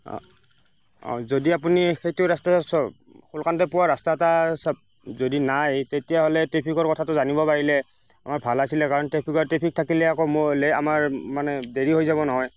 যদি আপুনি সেইটো ৰাস্তা সোনকালে পোৱা ৰাস্তা এটা চাওঁক যদি নাই তেতিয়াহ'লে ট্ৰেফিকৰ কথাটো জানিব পাৰিলে আমাৰ ভাল আছিলে কাৰণ ট্ৰেফিকৰ ট্ৰেফিক থাকিলে এক মোৰলৈ আমাৰ মানে দেৰি হৈ যাব নহয়